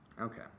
Okay